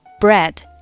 bread